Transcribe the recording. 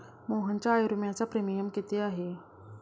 मोहनच्या आयुर्विम्याचा प्रीमियम किती आहे?